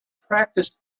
practiced